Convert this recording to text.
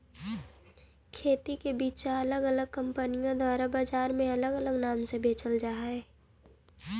खेती के बिचा अलग अलग कंपनिअन द्वारा बजार में अलग अलग नाम से बेचल जा हई